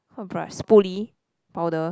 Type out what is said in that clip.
what brush spoolie powder